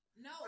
No